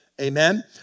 Amen